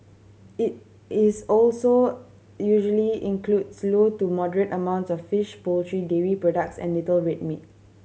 it is also usually includes low to moderate amounts of fish poultry dairy products and little red meat